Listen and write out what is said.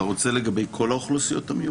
אתה רוצה לגבי כל האוכלוסיות המיוחדות?